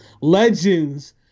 legends